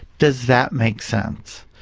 does that make sense?